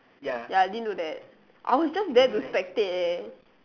ya I didn't do that I was just there to spectate eh